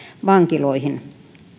vankiloihin